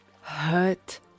hurt